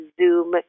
Zoom